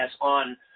on